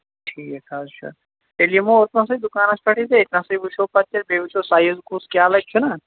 ٹھیٖک حظ چھُ تیٚلہِ یِمو اوٚتنَسٕے دُکانَس پٮ۪ٹھٕے تہٕ أتۍنَسٕے وُچھو پَتہٕ تیٚلہِ وُچھو سایز کُس کیٛاہ لَگہِ چھُنا